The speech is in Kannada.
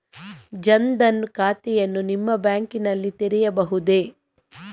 ಜನ ದನ್ ಖಾತೆಯನ್ನು ನಿಮ್ಮ ಬ್ಯಾಂಕ್ ನಲ್ಲಿ ತೆರೆಯಬಹುದೇ?